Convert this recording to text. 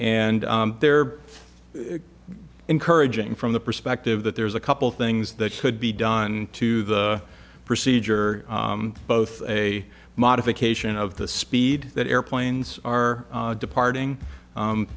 and they're encouraging from the perspective that there's a couple things that could be done to the procedure both a modification of the speed that airplanes are departing